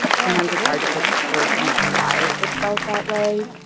sometimes it's hard to put words on like why it felt that way,